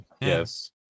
Yes